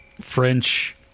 French